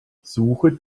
suche